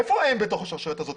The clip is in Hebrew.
איפה הם בתוך השרשרת הזאת?